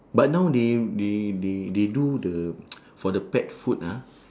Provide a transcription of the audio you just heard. but now they they they they do the for the pet food ah